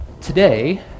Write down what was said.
today